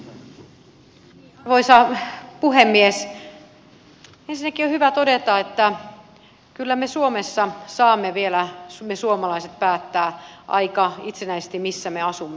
ensinnäkin on hyvä todeta että kyllä me suomessa saamme vielä me suomalaiset päättää aika itsenäisesti missä me asumme